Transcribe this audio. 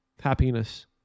happiness